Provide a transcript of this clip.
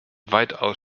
weitaus